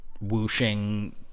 whooshing